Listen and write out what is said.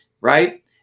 right